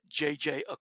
JJ